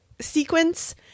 sequence